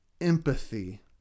empathy